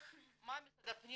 מה משרד הפנים